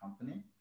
company